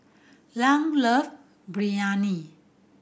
Lan love Biryani